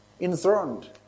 enthroned